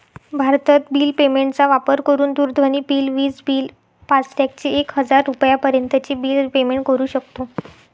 भारतत bill payment चा वापर करून दूरध्वनी बिल, विज बिल, फास्टॅग चे एक हजार रुपयापर्यंत चे बिल पेमेंट करू शकतो